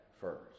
first